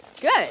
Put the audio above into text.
Good